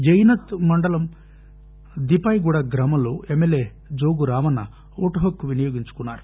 జైనత్ మండలం దిపాయిగూడ గ్రామంలో ఎమ్మెల్యే జోగురామన్న ఓటుహక్కు వినియోగించుకున్నారు